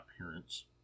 appearance